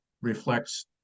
reflects